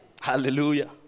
Hallelujah